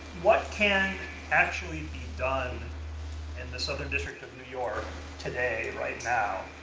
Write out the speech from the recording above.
what can actually be done in the southern district of new york today, right now,